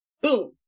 Boom